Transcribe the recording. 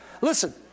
Listen